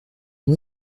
moi